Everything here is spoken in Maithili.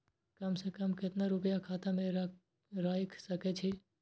कम से कम केतना रूपया खाता में राइख सके छी?